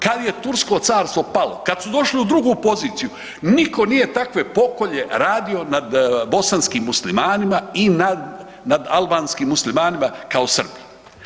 Kad je Tursko carstvo palo, kad su došli u drugu poziciju nitko nije takve pokolje radio nad bosanskim muslimanima i nad albanskim muslimanima kao Srbi.